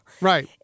right